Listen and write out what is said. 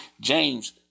James